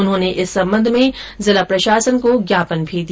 उन्होंने इस संबंध में जिला प्रशासन को ज्ञापन भी दिया